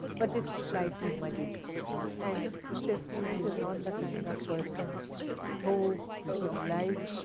but it is slightly muddy and mr. stevens is not the kind of person who would like